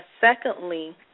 Secondly